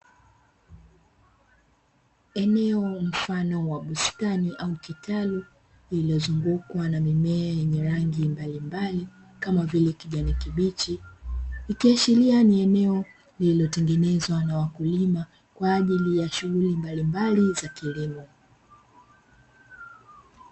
Eneo mfano wa bustani au kitalu, lililozungukwa na mimea yenye rangi mbalimbali kama vile kijani kibichi, ikiashiria ni eneo lililotengenezwa na wakulima, kwa ajili ya shughuli mbalimbali za kilimo.